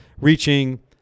reaching